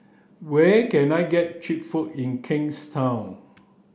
where can I get cheap food in Kingstown